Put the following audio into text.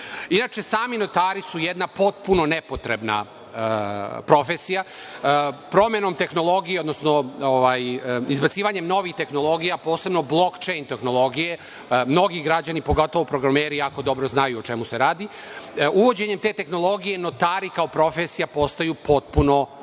sudu. Inače, sami notari su jedna potpuno nepotrebna profesija. Promenom tehnologije, odnosno izbacivanjem novih tehnologija, posebno blokčejn tehnologije, mnogo građani, pogotovo programeri, jako dobro znaju o čemu se radi. Uvođenjem te tehnologije, notari kao profesija postaju potpuno nepotrebni. Notarska